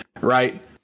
right